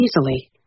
easily